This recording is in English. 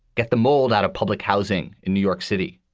get the mold out of public housing in new york city,